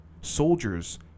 Soldiers